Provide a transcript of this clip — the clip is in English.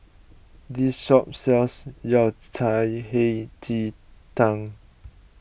this shop sells Yao Cai Hei Ji Tang